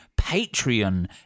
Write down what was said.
Patreon